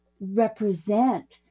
represent